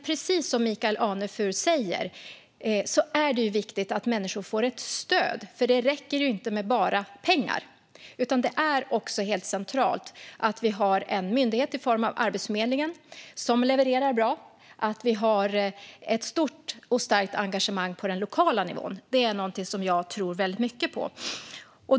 Precis som Michael Anefur säger är det viktigt att människor får stöd. Det räcker inte med bara pengar, utan det är också centralt att det finns en myndighet i form av Arbetsförmedlingen som levererar bra och att det finns ett stort och starkt engagemang på den lokala nivån. Det är något som jag tror mycket på.